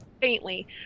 faintly